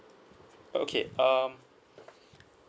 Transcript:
okay um